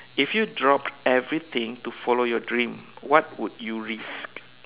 if you drop everything to follow your dream what would you risk